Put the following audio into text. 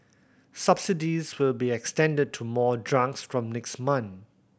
subsidies will be extended to more drugs from next month